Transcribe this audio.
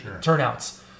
turnouts